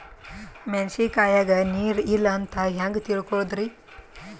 ಮೆಣಸಿನಕಾಯಗ ನೀರ್ ಇಲ್ಲ ಅಂತ ಹೆಂಗ್ ತಿಳಕೋಳದರಿ?